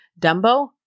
Dumbo